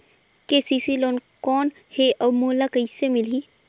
KCC loan कौन हे अउ मोला कइसे मिलही?